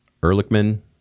Ehrlichman